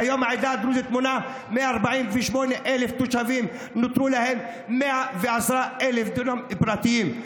כיום העדה מונה 148,000 תושבים ונותרו להם 110,000 דונם פרטיים.